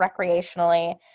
recreationally